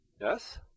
Yes